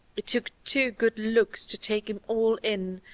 it took two good looks to take him all in,